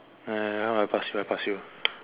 eh come I pass you I pass you